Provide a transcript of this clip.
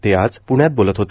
ते आज प्ण्यात बोलत होते